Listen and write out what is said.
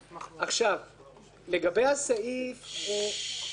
הסעיף הקטן הבא הוא סעיף קטן (יא).